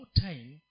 time